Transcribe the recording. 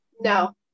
no